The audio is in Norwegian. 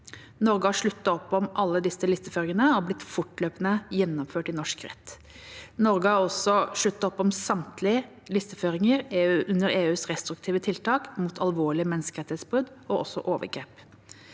Norge har sluttet opp om alle disse listeføringene, og de er blitt fortløpende gjennomført i norsk rett. Norge har også sluttet opp om samtlige listeføringer under EUs restriktive tiltak mot alvorlige menneskerettighetsbrudd og også overgrep.